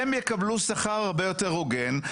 הם יקבלו שכר הרבה יותר הוגן,